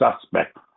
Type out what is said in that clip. suspect